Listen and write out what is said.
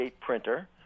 printer